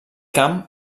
camp